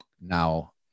now